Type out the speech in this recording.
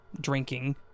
drinking